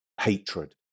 hatred